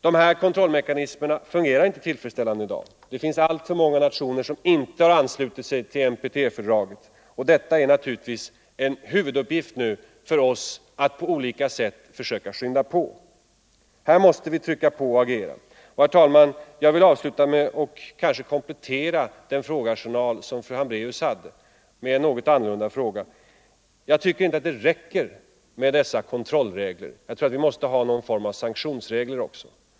Dessa kontrollmekanismer fungerar inte tillfredsställande i dag. Det finns alltför många nationer som inte har anslutit sig till NTP-fördraget, och det är nu en huvuduppgift för oss att på olika sätt försöka skynda på denna anslutning. Här måste vi trycka på och agera. Herr talman! Jag vill avsluta med att komplettera den frågearsenal som fru Hambraeus hade med en något annorlunda fråga. Det räcker inte, menar jag, med dessa kontrollregler — vi måste ha någon form av sanktionsregler också.